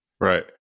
Right